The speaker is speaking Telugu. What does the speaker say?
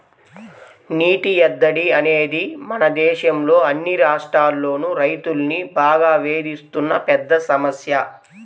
నీటి ఎద్దడి అనేది మన దేశంలో అన్ని రాష్ట్రాల్లోనూ రైతుల్ని బాగా వేధిస్తున్న పెద్ద సమస్య